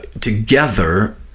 together